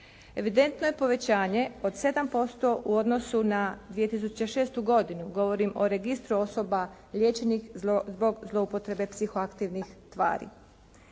Evidentno je povećanje od 7% na 2006. godinu. Govorim o registru osoba liječenih zbog zloupotrebe psiho-aktivnih tvari.